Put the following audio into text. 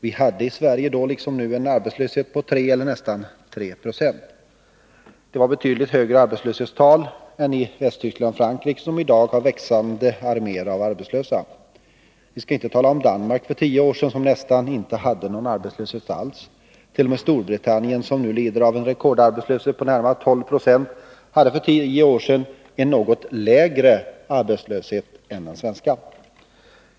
Vi hade i Sverige då liksom nu en arbetslöshet på nästan 3 20. Det var betydligt högre arbetslöshetstal än i Västtyskland och Frankrike som i dag har växande arméer av arbetslösa. Vi skall inte tala om Danmark, som för tio år sedan nästan inte hade någon arbetslöshet alls. T. o. m. Storbritannien, som nu lider av en rekordarbetslöshet på närmare 12 26, hade för tio år sedan en något lägre arbetslöshet än vi i Sverige.